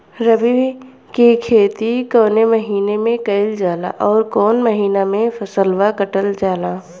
रबी की खेती कौने महिने में कइल जाला अउर कौन् महीना में फसलवा कटल जाला?